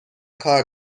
کار